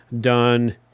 done